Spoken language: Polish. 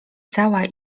cała